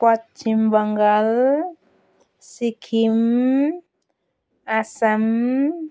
Paschim Bangal Sikkim Assam